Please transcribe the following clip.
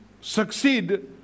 succeed